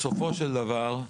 בסופו של דבר,